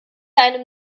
einem